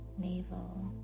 navel